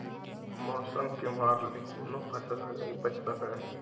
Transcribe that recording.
मउसम के मार ले कोनो फसल ह नइ बाच सकय